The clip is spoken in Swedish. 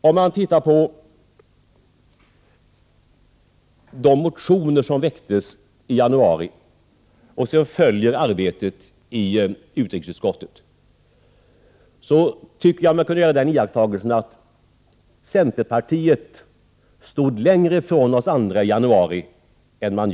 Om man läser de motioner som väcktes i januari och sedan följer arbetet i utrikesutskottet, kan man göra den iakttagelsen att centerpartiet stod längre från oss andra i januari än nu.